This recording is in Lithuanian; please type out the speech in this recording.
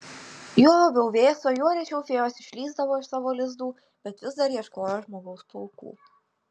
juo labiau vėso juo rečiau fėjos išlįsdavo iš savo lizdų bet vis dar ieškojo žmogaus plaukų